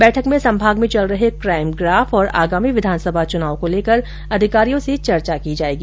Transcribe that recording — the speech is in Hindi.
बैठक में संभाग में चल रहे क्राइम ग्राफ और आगामी विधानसभा चुनाव को लेकर अधिकारियों से चर्चा की जायेगी